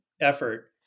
effort